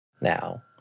now